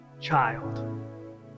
child